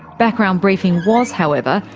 background briefing was, however,